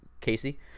Casey